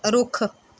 ਰੁੱਖ